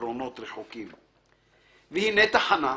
לזיכרונות רחוקים/ והנה תחנה,